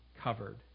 covered